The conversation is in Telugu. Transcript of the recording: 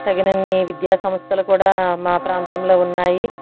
తగినన్ని విద్యా సంస్థలు కూడా మా ప్రాంతంలో ఉన్నాయి